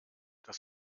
das